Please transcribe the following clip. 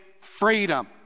freedom